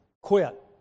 quit